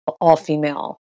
all-female